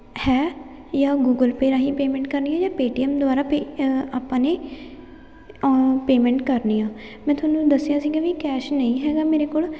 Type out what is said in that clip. ਹੈ ਜਾਂ Google pay ਰਾਹੀਂ ਪੈਮੈਂਟ ਕਰਨੀ ਜਾਂ ਪੇਟੀਐਮ ਦੁਆਰਾ ਪੇ ਆਪਾਂ ਨੇ ਪੇਮੈਂਟ ਕਰਨੀ ਆ ਮੈਂ ਤੁਹਾਨੂੰ ਦੱਸਿਆ ਸੀਗਾ ਵੀ ਕੈਸ਼ ਨਹੀਂ ਹੈਗਾ ਮੇਰੇ ਕੋਲ